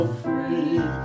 free